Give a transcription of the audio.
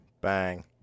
Bang